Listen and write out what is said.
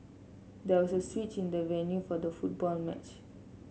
there was a switch in the venue for the football match